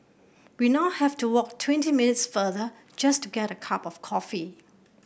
we now have to walk twenty minutes farther just to get a cup of coffee